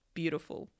beautiful